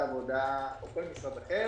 או כל משרד אחר,